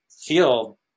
feel